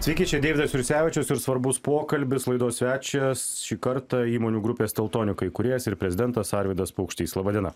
sveiki čia deividas jursevičius ir svarbus pokalbis laidos svečias šį kartą įmonių grupės teltonika įkūrėjas ir prezidentas arvydas paukštys laba diena